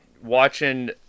watching –